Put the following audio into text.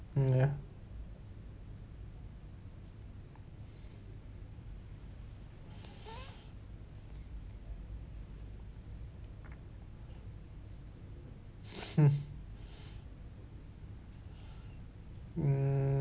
mm ya mm mm